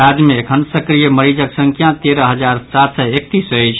राज्य मे एखन सक्रिय मरीजक संख्या तेरह हजार सात सय एकतीस अछि